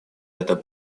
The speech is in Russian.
это